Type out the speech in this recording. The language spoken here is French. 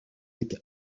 été